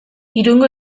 irungo